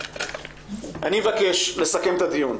אני מבקש לסכם את הדיון.